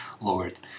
lowered